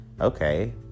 okay